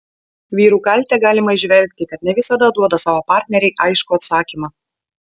vyrų kaltę galima įžvelgti kad ne visada duoda savo partnerei aiškų atsakymą